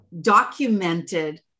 documented